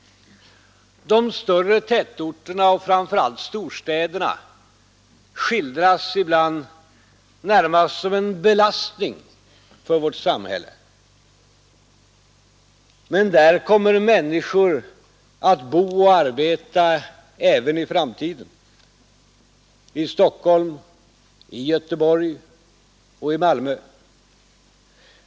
De större tätorterna och framför allt storstäderna skildras ibland närmast som en belastning för vårt samhälle. Men där kommer människor att bo och arbeta även i framtiden. I Stockholm, Göteborg och Malmö.